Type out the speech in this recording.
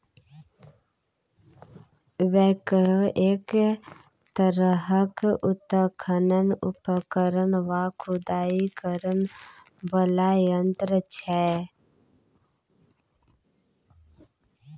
backhoe एक तरहक उत्खनन उपकरण वा खुदाई करय बला यंत्र छै